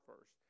first